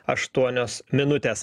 aštuonios minutės